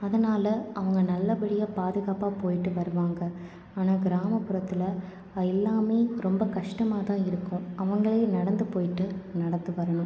அதனால் அவங்க நல்லபடியாக பாதுகாப்பாக போயிவிட்டு வருவாங்க ஆனால் கிராமப்புறத்தில் எல்லாமே ரொம்ப கஷ்டமாக தான் இருக்கும் அவங்களே நடந்து போயிவிட்டு நடந்து வரணும்